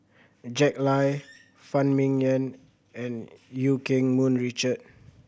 Jack Lai Phan Ming Yen and Eu Keng Mun Richard